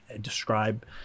describe